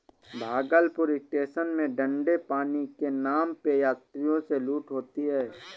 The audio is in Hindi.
भागलपुर स्टेशन में ठंडे पानी के नाम पे यात्रियों से लूट होती है